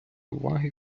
уваги